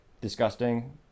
disgusting